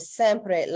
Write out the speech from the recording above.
sempre